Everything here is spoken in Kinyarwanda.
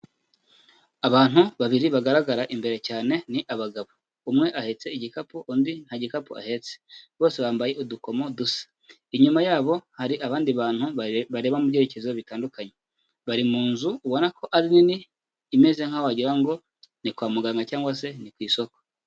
Abantu babiri bagaragara imbere cyane ni abagabo. Umwe ahetse igikapu, undi nta gikapu ahetse. Bose bambaye udukomo dusa. Inyuma yabo hari abandi bantu bareba mu byerekezo bitandukanye. Bari mu nzu ubona ko ari nini, imeze nkaho wagira ngo ni kwa muganga cyangwa se ni ku isoko.